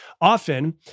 Often